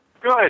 Good